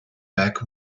back